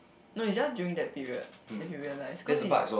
no it's just during that period then he realise cause he